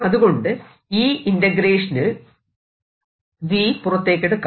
അതുകൊണ്ടു ഈ ഇന്റഗ്രേഷനിൽ V പുറത്തേക്കെടുക്കാം